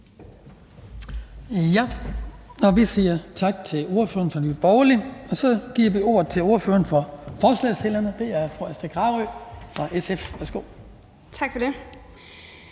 Tak for det.